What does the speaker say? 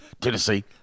Tennessee